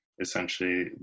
essentially